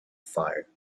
fire